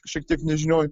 šiek tiek nežinioj